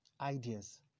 ideas